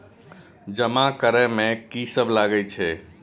जमा करे में की सब लगे छै?